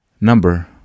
number